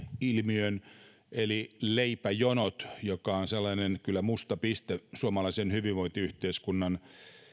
ilmiön leipäjonot joka on kyllä sellainen musta piste suomalaisessa hyvinvointiyhteiskunnassa